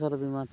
ᱯᱷᱚᱥᱚᱞ ᱵᱤᱢᱟ ᱴᱷᱮᱱ